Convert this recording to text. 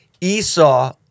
Esau